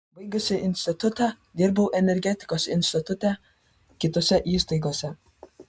baigusi institutą dirbau energetikos institute kitose įstaigose